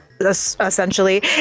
essentially